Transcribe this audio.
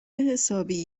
حسابی